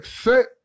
Set